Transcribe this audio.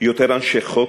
יותר אנשי חוק,